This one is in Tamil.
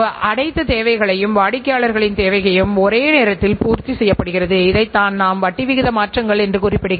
பன்னாட்டு நிறுவனங்கள் வாடிக்கையாளர்கள் உடைய சேவைக்கு மற்றும் திருப்திக்காக பாடுபடுகிறார்கள்